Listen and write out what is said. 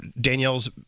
Danielle's